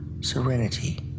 serenity